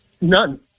None